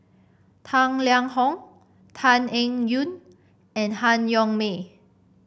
Tang Liang Hong Tan Eng Yoon and Han Yong May